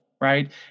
right